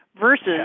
versus